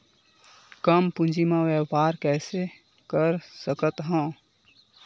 कम पूंजी म व्यापार कइसे कर सकत हव?